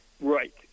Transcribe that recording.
Right